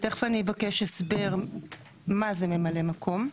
ותיכף אני אבקש הסבר מה זה ממלא מקום,